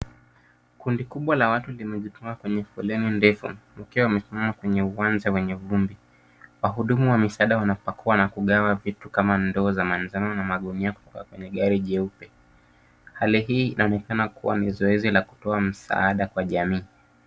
Kundi kubwa la watu limejitua kwenye foleni ndefu wakiwa wamesimama kwenye uwanja wenye vumbi, wahudumu wa misaada wanapakua na kugawa vitu kama ndoo za manjano na magunia kutoka kwenye gari jeupe, hali hii inaonekana kuwa ni zoezi la kutoa msaada kwa jamii.